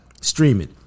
streaming